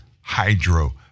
hydro